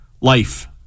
Life